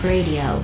Radio